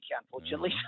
unfortunately